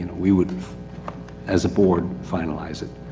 and we would as a board finalize it.